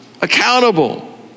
accountable